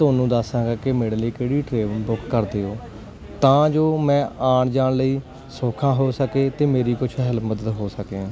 ਤੁਹਾਨੂੰ ਦੱਸਾਂਗਾ ਕਿ ਮੇਰੇ ਲਈ ਕਿਹੜੀ ਟ੍ਰੇਨ ਬੁੱਕ ਕਰ ਦਿਓ ਤਾਂ ਜੋ ਮੈਂ ਆਣ ਜਾਣ ਲਈ ਸੌਖਾ ਹੋ ਸਕੇ ਤੇ ਮੇਰੀ ਕੁਝ ਹੈਲ ਮਦਦ ਹੋ ਸਕੇ